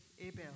Abel